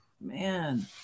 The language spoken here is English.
Man